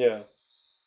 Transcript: yeah